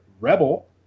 Rebel